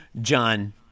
John